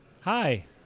Hi